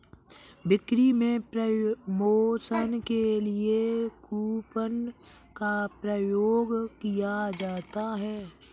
बिक्री में प्रमोशन के लिए कूपन का प्रयोग किया जाता है